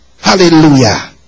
Hallelujah